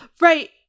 Right